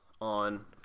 On